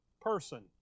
person